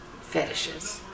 fetishes